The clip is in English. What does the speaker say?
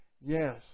yes